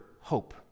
hope